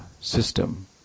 system